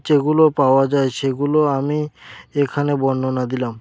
যেগুলো পাওয়া যায় সেগুলো আমি এখানে বর্ণনা দিলাম